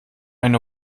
eine